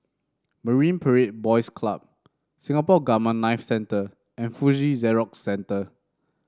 Marine Parade Boys Club Singapore Gamma Knife Centre and Fuji Xerox Centre